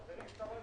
נדמה לי,